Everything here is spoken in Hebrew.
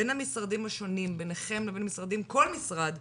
בין המשרדים השונים, כל משרד,